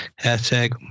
hashtag